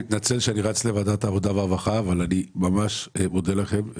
אני מתנצל שאני רץ לוועדת העבודה והרווחה אבל אני ממש מודה לכם.